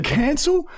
cancel